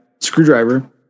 screwdriver